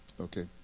Okay